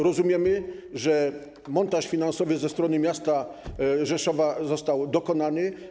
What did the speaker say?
Rozumiemy, że montaż finansowy ze strony miasta Rzeszowa został dokonany.